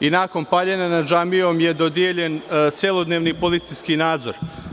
i nakon paljenja nad džamijom je dodeljen celodnevni policijski nadzor.